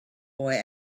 boy